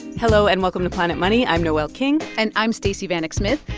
hello, and welcome to planet money. i'm noel king and i'm stacey vanek smith.